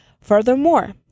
Furthermore